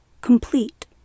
complete